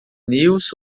news